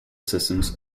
systems